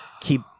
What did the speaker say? keep